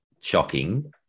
shocking